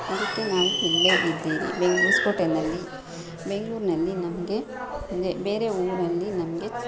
ಅದಕ್ಕೆ ನಾವು ಇಲ್ಲೇ ಇದ್ದೀವಿ ಬೆಂಗ ಹೊಸಕೋಟೆಯಲ್ಲಿ ಬೆಂಗಳೂರ್ನಲ್ಲಿ ನನಗೆ ಅದೇ ಬೇರೆ ಊರಿನಲ್ಲಿ ನಮಗೆ